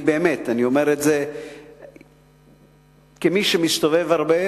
אני באמת אומר את זה כמי שמסתובב הרבה,